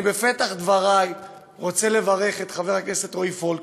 בפתח דברי אני רוצה לברך את חבר הכנסת רועי פולקמן.